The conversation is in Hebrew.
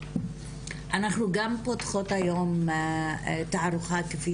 אנחנו גם פותחות היום את התערוכה כפי